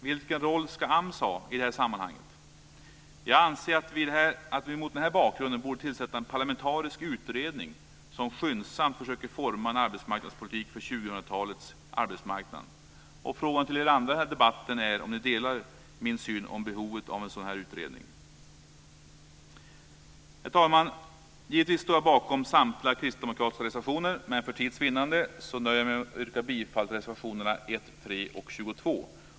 Vilken roll ska AMS ha i detta sammanhang? Jag anser att vi borde tillsätta en parlamentarisk utredning som skyndsamt försöker att forma en arbetsmarknadspolitik för 2000-talets arbetsmarknad. Frågan till er andra i debatten är om ni delar min syn på behovet av en sådan utredning. Herr talman! Jag står givetvis bakom samtliga kristdemokratiska reservationer, men för tids vinnande nöjer jag mig med att yrka bifall till reservationerna 1, 3 och 22.